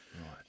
Right